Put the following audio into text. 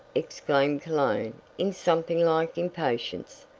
exclaimed cologne in something like impatience.